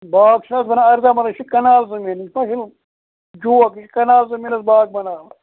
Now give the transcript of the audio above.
باغ چھُنہٕ حظ بَنان اَرداہ مَلٕرۍ یہِ چھُ کَنال زٔمیٖن یہِ مہ چھُ جوک یہِ چھُ کَنال زٔمیٖنَس باغ بَناوان